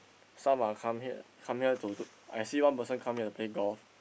some are come here come here to do I see one person come here to play golf